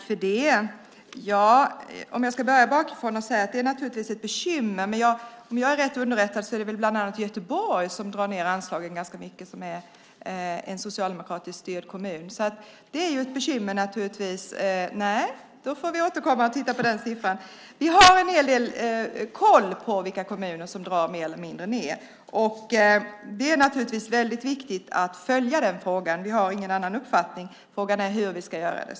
Herr talman! Jag börjar bakifrån och säger att det naturligtvis är ett bekymmer. Men om jag är rätt underrättad är det bland annat Göteborg som drar ned anslagen ganska mycket. Det är en socialdemokratiskt styrd kommun. Det är naturligtvis ett bekymmer. Vi får återkomma och titta på den siffran. Vi har en hel del koll på vilka kommuner som drar ned mer eller mindre. Det är naturligtvis väldigt viktigt att följa den frågan. Vi har ingen annan uppfattning. Frågan är hur vi ska göra det.